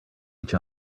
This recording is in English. each